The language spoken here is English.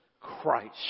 Christ